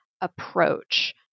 approach